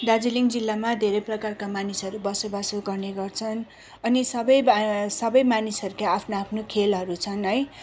दार्जिलिङ जिल्लामा धेरै प्रकारका मानिसहरू बसोबासो गर्ने गर्छन् अनि सबै ब सबै मानिसहरूकै आफ्नो आफ्नो खेलहरू छन् है